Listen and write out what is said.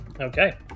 Okay